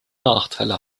nachteile